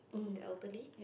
the elderly